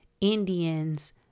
Indians